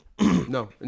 no